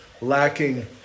lacking